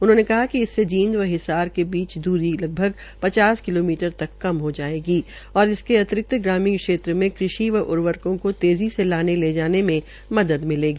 उन्होंने कहा कि इसमें जींद व हिसार के बीच द्री लगभग पचास किलोमीटर तक कम हो होगी और इसके अतिरिक्त ग्रामीण क्षेत्र में कृषि व उर्वरकों को तेज़ी से लाने ले जाने में मदद मिलेगी